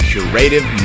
Curative